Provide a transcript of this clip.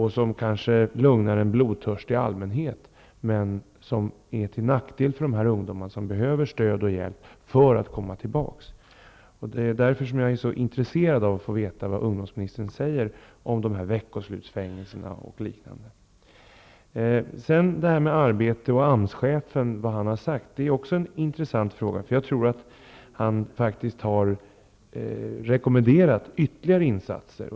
Det kanske lugnar en blodtörstig allmänhet, men det är till nackdel för de ungdomar som behöver stöd och hjälp för att komma tillbaka. Det är därför som jag är så intresserad av att få veta vad ungdomsministern säger om dessa veckoslutsfängelser och liknande. Sedan till frågan om arbete och vad AMS-chefen har sagt. Det är en intressant fråga. Jag tror att han faktiskt har rekommenderat ytterligare insatser.